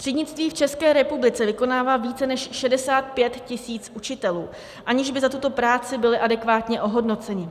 Třídnictví v České republice vykonává více než 65 tisíc učitelů, aniž by za tuto práci byli adekvátně ohodnoceni.